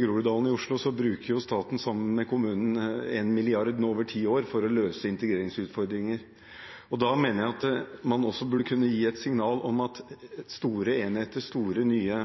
Groruddalen i Oslo bruker staten sammen med kommunen 1 mrd. kr nå over ti år for å løse integreringsutfordringer. Da mener jeg at man også burde kunne gi et signal om at store enheter, store nye